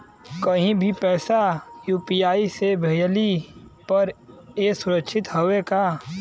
कहि भी पैसा यू.पी.आई से भेजली पर ए सुरक्षित हवे का?